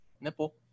Nipple